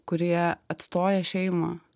kurie atstoja šeimą